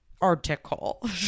article